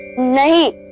late.